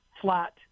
flat